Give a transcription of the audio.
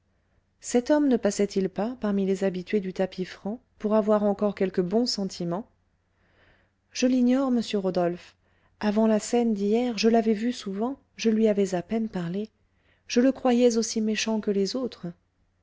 cet homme ne passait-il pas parmi les habitués du tapis franc pour avoir encore quelques bons sentiments je l'ignore monsieur rodolphe avant la scène d'hier je l'avais vu souvent je lui avais à peine parlé je le croyais aussi méchant que les autres